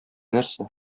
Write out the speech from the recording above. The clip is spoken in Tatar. нәрсә